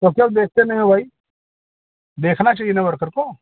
तो सब देखते नहीं हो भाई देखना चाहिए ना वर्कर को